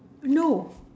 no